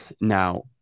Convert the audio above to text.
now